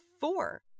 four